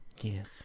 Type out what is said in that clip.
Yes